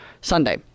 Sunday